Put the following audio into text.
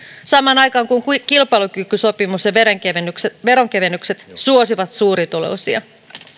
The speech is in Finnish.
samaan aikaan kun kilpailukykysopimus ja veronkevennykset veronkevennykset suosivat suurituloisia